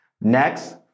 Next